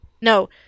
no